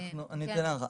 אני אגיב.